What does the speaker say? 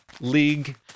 League